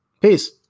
Peace